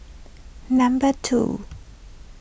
number two